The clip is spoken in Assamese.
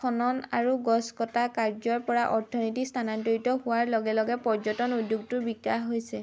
খনন আৰু গছ কটা কাৰ্যৰ পৰা অৰ্থনীতি স্থানান্তৰিত হোৱাৰ লগে লগে পৰ্যটন উদ্যোগটোৰ বিকাশ হৈছে